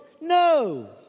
No